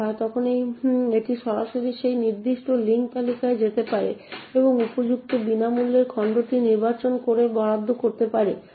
করা হয় তখন এটি সরাসরি সেই নির্দিষ্ট লিঙ্ক তালিকায় যেতে পারে এবং উপযুক্ত বিনামূল্যের খণ্ডটি নির্বাচন করে বরাদ্দ করতে পারে